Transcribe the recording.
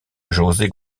josé